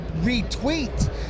retweet